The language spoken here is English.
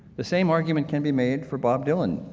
the same argument can be made for bob dylan,